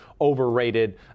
overrated